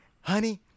honey